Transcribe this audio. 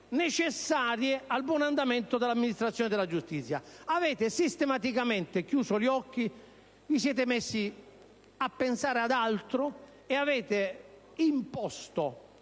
necessarie al buon andamento dell'amministrazione della giustizia. Avete sistematicamente chiuso gli occhi, vi siete messi a pensare ad altro e avete imposto